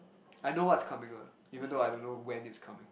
I know what's coming lah even though I don't know when it's coming